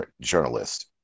journalist